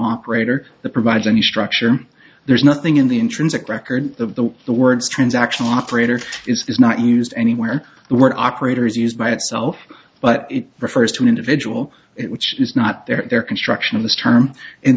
operator that provides any structure there's nothing in the intrinsic record of the the words transactional operator is not used anywhere were operators used by itself but it refers to an individual which is not their construction of this term and